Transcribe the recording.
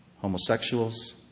homosexuals